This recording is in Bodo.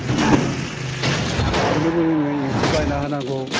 जोङो दावनोबो जोङो एंखुर बायना होनांगौ